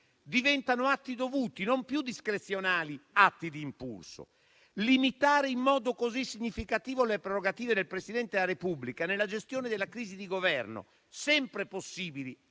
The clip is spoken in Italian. diventano atti dovuti, non più discrezionali atti di impulso. Limitare in modo così significativo le prerogative del Presidente della Repubblica nella gestione delle crisi di Governo, sempre possibili